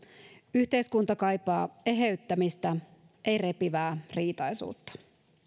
yhteiskunta kaipaa eheyttämistä ei repivää riitaisuutta